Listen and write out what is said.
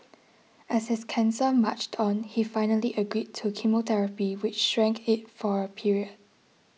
as his cancer marched on he finally agreed to chemotherapy which shrank it for a period